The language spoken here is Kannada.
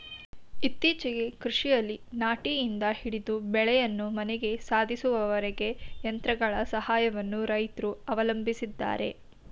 ಇತ್ತೀಚೆಗೆ ಕೃಷಿಯಲ್ಲಿ ನಾಟಿಯಿಂದ ಹಿಡಿದು ಬೆಳೆಯನ್ನು ಮನೆಗೆ ಸಾಧಿಸುವವರೆಗೂ ಯಂತ್ರಗಳ ಸಹಾಯವನ್ನು ರೈತ್ರು ಅವಲಂಬಿಸಿದ್ದಾರೆ